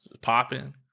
Popping